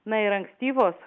na ir ankstyvos